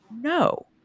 no